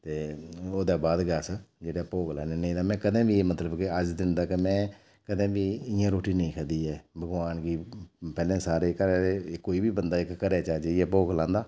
ते ओह्दे बाद गै अस भोग जेह्ड़ा भोग लाई लैन्ने इ'यां कदें बी मतलब में अज्ज दिन तक में कदें भी इ'यां रुट्टी नेईं खाद्धी भगोआन गी पैह्लें सारे घरै दे कोई बी बंदा इक घरै दा जाइयै भोग लांदा